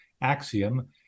axiom